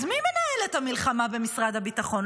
אז מי מנהל את המלחמה במשרד הביטחון?